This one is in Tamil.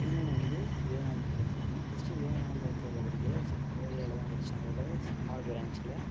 இன்னொன்று வந்து விவேகானந்தா வித்தியான்னு சொல்லுவாங்க ஃபஸ்ட்டு விவேகானந்தா வித்யாலயாவில் படிக்கலை ஃபஸ்ட்டு கருவாடையாவில்தான் படித்தேன் அதோட ஸ்மால் ப்ரான்ஞ்சில்